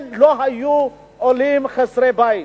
הם לא היו עולים חסרי בית.